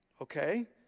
Okay